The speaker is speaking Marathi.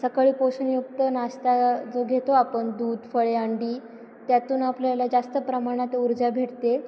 सकाळी पोषणयुक्त नाश्ता जो घेतो आपण दूध फळे अंडी त्यातून आपल्याला जास्त प्रमाणात ऊर्जा भेटते